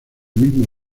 mismo